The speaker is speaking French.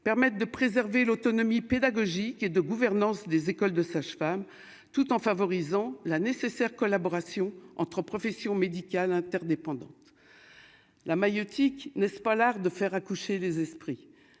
permettent de préserver l'autonomie pédagogique et de gouvernance des écoles de sages-femmes tout en favorisant la nécessaire collaboration entre professions médicales interdépendantes la maïeutique n'est-ce pas l'art de faire accoucher les esprits